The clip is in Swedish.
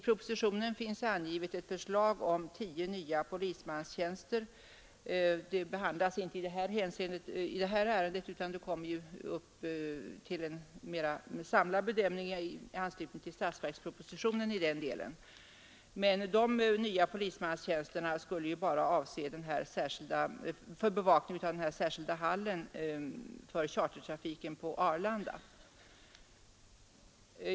I propositionen finns angivet ett förslag om tio nya polismanstjänster. Det behandlas inte i samband med detta ärende, utan det kommer upp till en mera samlad bedömning i anslutning till behandlingen av ifrågavarande del av statsverkspropositionen. Men de nya polismanstjänsterna skulle ju bara avse bevakningen av den särskilda hallen för chartertrafiken på Arlanda.